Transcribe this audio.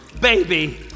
Baby